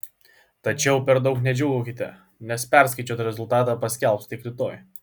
tačiau per daug nedžiūgaukite nes perskaičiuotą rezultatą paskelbs tik rytoj